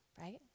right